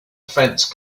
fence